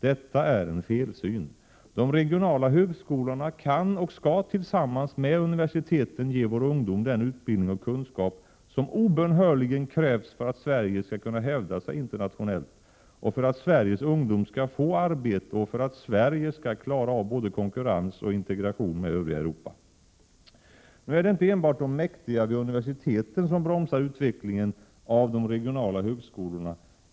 Detta är en felsyn. De regionala högskolorna kan och skall tillsammans med universiteten ge vår ungdom den utbildning och kunskap som obönhörligen krävs för att Sverige skall kunna hävda sig internationellt, för att Sveriges ungdom skall få arbete och för att Sverige skall klara av både konkurrens och = Prot. 1987/88:127 integration med övriga Europa. 26 maj 1988 Nu är det inte enbart de mäktiga vid universiteten som bromsar utvecklingen av de regionala högskolorna.